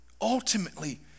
ultimately